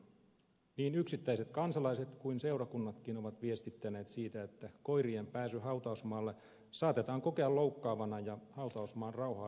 niin yksittäiset kansalaiset kuin seurakunnatkin ovat viestittäneet siitä että koirien pääsy hautausmaalle saatetaan kokea loukkaavana ja hautausmaan rauhaa rikkovana